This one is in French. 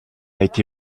été